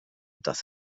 dass